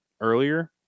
earlier